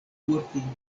mortintoj